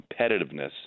competitiveness